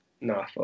No